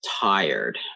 tired